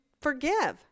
forgive